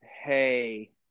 Hey